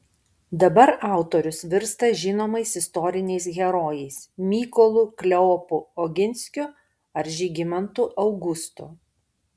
dabar autorius virsta žinomais istoriniais herojais mykolu kleopu oginskiu ar žygimantu augustu